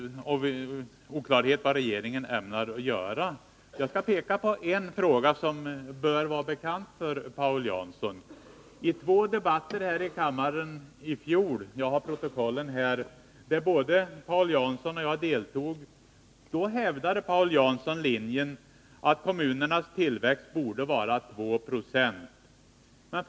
Jag skall peka på en fråga, som bör vara bekant för Paul Jansson. I två debatter här i kammaren i fjol — jag har protokollen här — där både Paul Jansson och jag deltog hävdade Paul Jansson linjen att kommunernas tillväxt borde vara 2 20.